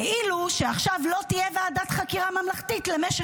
כאילו שעכשיו לא תהיה ועדת חקירה ממלכתית למשך